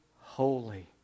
holy